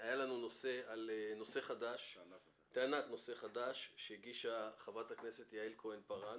הייתה לנו טענת נושא חדש שהגישה חברת הכנסת יעל כהן-פארן